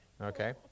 Okay